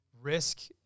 risk